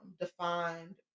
defined